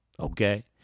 Okay